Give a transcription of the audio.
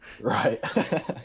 right